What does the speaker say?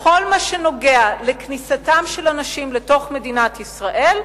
בכל מה שנוגע לכניסתם של אנשים לתוך מדינת ישראל,